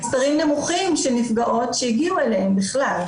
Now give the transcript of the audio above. מספרים נמוכים של נפגעות שהגיעו אליהן בכלל.